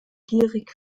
gierig